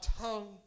tongue